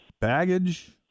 baggage